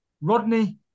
Rodney